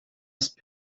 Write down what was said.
ist